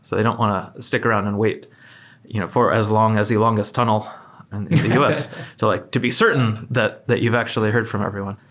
so they don't want to stick around and wait you know for as long as the longest tunnel in the us to like to be certain that that you've actually heard from everyone.